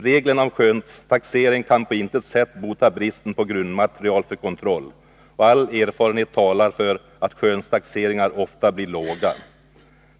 Reglerna om skönstaxering kan på intet sätt bota bristen på grundmaterial för kontroll. All erfarenhet talar för att skönstaxeringar ofta blir för låga.